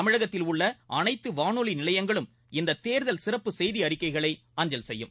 தமிழகத்தில் உள்ள அனைத்து வானொலி நிலையங்களும் இந்த தேர்தல் சிறப்பு செய்தி அறிக்கைகளை அஞ்சல் செய்யும்